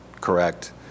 correct